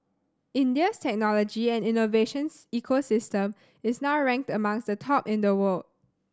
India's technology and innovation ecosystem is now ranked amongst the top in the world